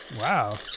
Wow